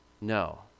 No